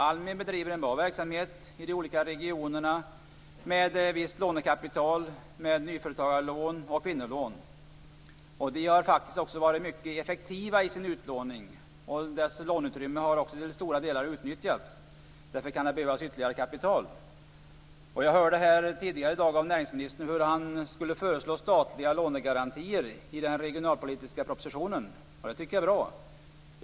ALMI bedriver en bra verksamhet i de olika regionerna med ett visst lånekapital, med nyföretagarlån och med kvinnolån. Man har faktiskt varit mycket effektiv i sin utlåning och låneutrymmet har också till stora delar utnyttjats. Därför kan det behövas ytterligare kapital. Jag hörde tidigare i dag av näringsministern att han skulle föreslå statliga lånegarantier i den regionalpolitiska propositionen. Det tycker jag är bra.